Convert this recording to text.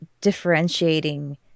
differentiating